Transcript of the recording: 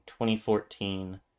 2014